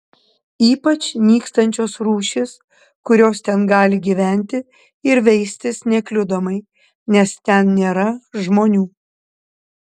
ypač nykstančios rūšys kurios ten gali gyventi ir veistis nekliudomai nes ten nėra žmonių